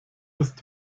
ist